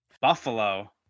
Buffalo